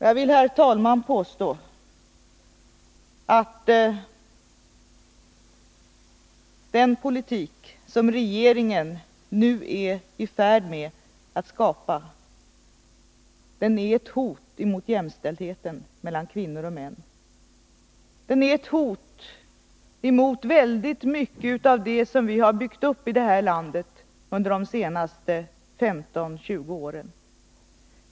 Jag vill, herr talman, påstå att den politik som regeringen nu är i färd med att skapa, är ett hot emot jämställdheten mellan kvinnor och män. Den är ett hot emot mycket av det som vi har byggt upp i det här landet under de senaste 15-20 åren.